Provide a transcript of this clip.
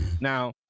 now